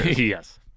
yes